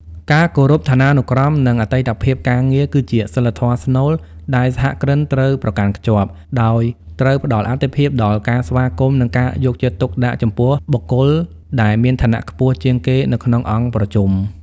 ការគោរពឋានានុក្រម និងអតីតភាពការងារ គឺជាសីលធម៌ស្នូលដែលសហគ្រិនត្រូវប្រកាន់ខ្ជាប់ ដោយត្រូវផ្តល់អាទិភាពដល់ការស្វាគមន៍ និងការយកចិត្តទុកដាក់ចំពោះបុគ្គលដែលមានឋានៈខ្ពស់ជាងគេនៅក្នុងអង្គប្រជុំ។